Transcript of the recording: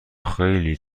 خیلی